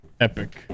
epic